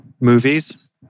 movies